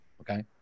okay